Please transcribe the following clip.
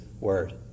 word